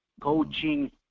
Coaching